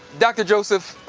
dr. joseph,